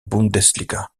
bundesliga